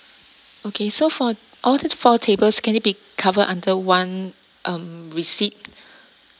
okay so for all th~ four tables can it be covered under one um receipt